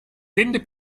tende